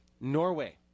Norway